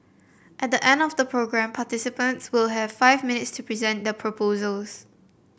at the end of the programme participants will have five minutes to present their proposals